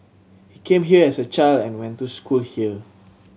he came here as a child and went to school here